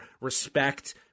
respect